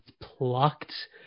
plucked